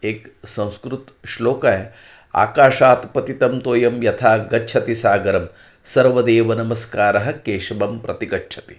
एक संस्कृत श्लोक आहे आकाशात पतितं तोयम यथा गच्छती सागरम सर्व देव नमस्कार केशवम प्रति गच्छती